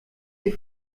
hier